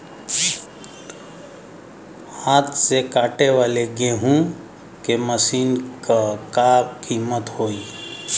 हाथ से कांटेवाली गेहूँ के मशीन क का कीमत होई?